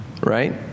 Right